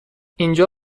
اینجا